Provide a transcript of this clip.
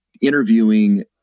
interviewing